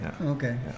okay